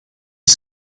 die